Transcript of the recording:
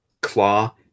Claw